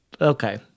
Okay